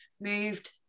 moved